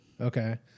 Okay